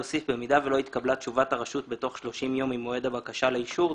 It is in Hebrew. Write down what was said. להוסיף: במידה שלא התקבלה תשובת הרשות בתוך 30 יום ממועד הבקשה לאישור,